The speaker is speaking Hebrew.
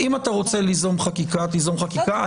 אם אתה רוצה ליזום חקיקה, תיזום חקיקה.